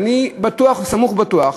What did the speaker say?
ואני בטוח וסמוך ובטוח,